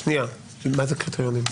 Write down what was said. מה זה קריטריונים?